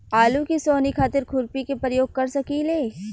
आलू में सोहनी खातिर खुरपी के प्रयोग कर सकीले?